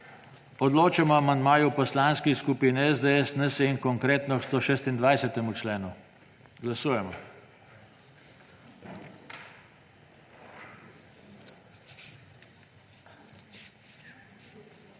Odločamo o amandmaju poslanskih skupin SDS, NSi in Konkretno k 119. členu. Glasujemo.